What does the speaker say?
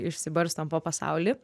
išsibarstom po pasaulį